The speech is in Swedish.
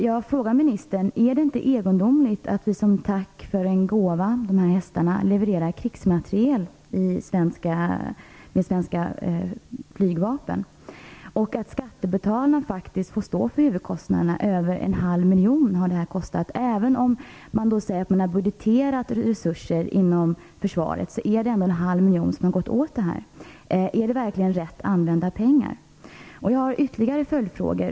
Jag frågar ministern: Är det inte egendomligt att vi som tack för en gåva, dvs. hästarna, levererar krigsmatriel med hjälp av det svenska Flygvapnet? Skattebetalarna får stå för huvudkostnaderna. Det här har kostat över en halv miljon. Även om det sägs att man har budgeterat resurser försvaret har det gått åt en halv miljon till detta. Är det verkligen rätt använda pengar? Jag har ytterligare följdfrågor.